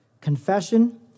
Confession